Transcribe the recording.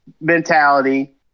mentality